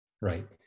Right